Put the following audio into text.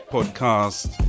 Podcast